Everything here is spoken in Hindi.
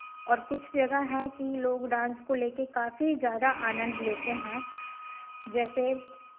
और कुछ जगह है कि लोग डांस को ले के काफ़ी ज़्यादा आनंद लेते हैं जैसे